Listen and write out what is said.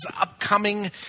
upcoming